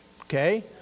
okay